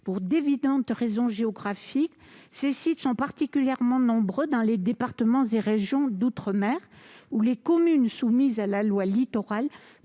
Pour d'évidentes raisons géographiques, ces sites sont particulièrement nombreux dans les départements et régions d'outre-mer, les DROM, où les communes soumises à la loi Littoral